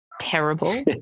terrible